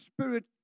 spirit